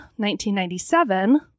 1997